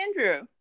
Andrew